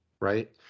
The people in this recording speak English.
right